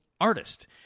artist